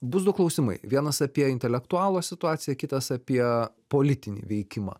bus du klausimai vienas apie intelektualo situaciją kitas apie politinį veikimą